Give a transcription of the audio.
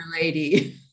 lady